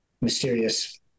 mysterious